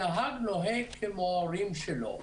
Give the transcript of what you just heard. הנהג נוהג כמו ההורים שלו,